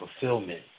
fulfillment